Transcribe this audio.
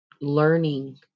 learning